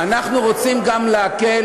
אנחנו רוצים גם להקל